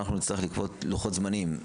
אנחנו נצטרך לקבוע לוחות זמנים.